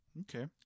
Okay